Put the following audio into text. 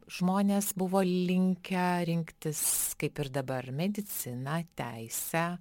žmonės buvo linkę rinktis kaip ir dabar mediciną teisę